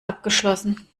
abgeschlossen